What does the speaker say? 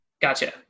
Gotcha